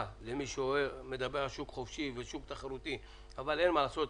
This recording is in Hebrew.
למי שמדבר על שוק חופשי ועל שוק תחרותי אין מה לעשות,